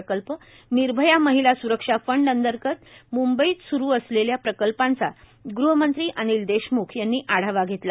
प्रकल्प निर्भया महिला सुरक्षा फंड अंतर्गत मूंबईत स्रू असलेल्या प्रकल्पांचा ग़हमंत्री अनिल देशम्ख यांनी आढावा घेतला